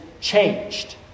changed